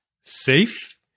safe